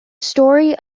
story